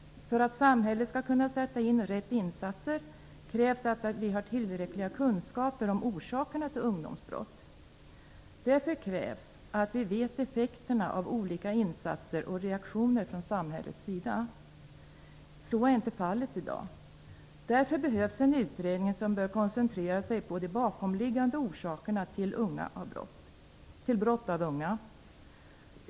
För att samhället skall kunna sätta in rätt insatser krävs att vi har tillräckliga kunskaper om orsakerna till ungdomsbrott. Därför krävs det att vi vet effekterna av olika insatser och reaktioner från samhällets sida. Så är inte fallet i dag. Därför behövs en utredning som bör koncentrera sig på de bakomliggande orsakerna till brott som begås av unga.